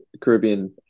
Caribbean